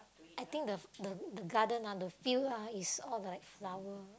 I think the the the garden ah the field ah is all like flower